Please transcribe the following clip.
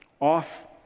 off